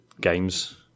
games